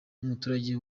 n’umuturage